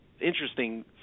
interesting